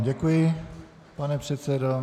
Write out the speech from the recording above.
Děkuji vám, pane předsedo.